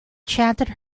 chanted